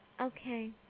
Okay